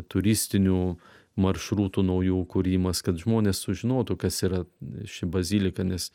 turistinių maršrutų naujų kūrimas kad žmonės sužinotų kas yra ši bazilika nes